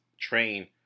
train